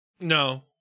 No